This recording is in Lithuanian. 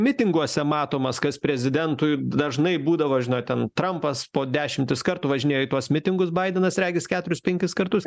mitinguose matomas kas prezidentui dažnai būdavo žinot ten trampas po dešimtis kartų važinėjo į tuos mitingus baidenas regis keturis penkis kartus